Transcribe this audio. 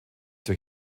zur